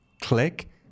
Click